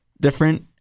different